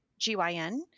GYN